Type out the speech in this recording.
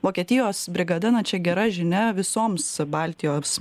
vokietijos brigada na čia gera žinia visoms baltijos